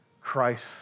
Christ